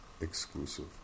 exclusive